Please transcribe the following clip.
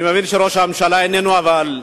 אני מבין שראש הממשלה איננו, אבל,